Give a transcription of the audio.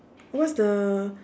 what is the